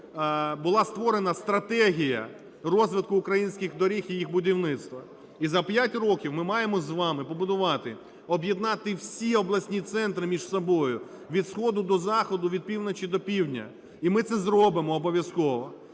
була створена стратегія розвитку українських доріг і їх будівництво. І за п'ять років ми маємо з вами побудувати, об'єднати всі обласні центри між собою: від сходу до заходу, від півночі до півдня, і ми це зробимо обов'язково.